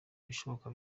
ibishoboka